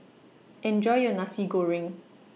Enjoy your Nasi Goreng